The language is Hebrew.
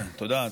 תודה.